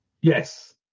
Yes